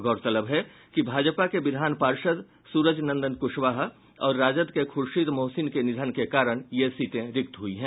गौरतलब है कि भाजपा के विधान पार्षद सूरज नंदन कुशवाहा और राजद के खुर्शीद मोहसिन के निधन के कारण ये सीटें रिक्त हुई हैं